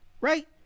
right